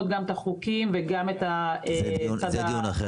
והחוקים וגם את הצד ה --- זה דיון אחר